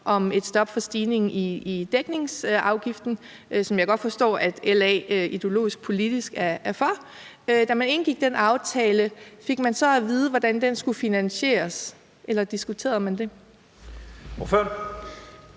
om et stop for stigningen i dækningsafgiften, som jeg godt forstår at LA politisk og ideologisk er for, fik man så at vide, hvordan den skulle finansieres, eller diskuterede man det?